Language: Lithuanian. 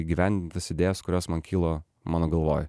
įgyvendint tas idėjas kurios man kilo mano galvoj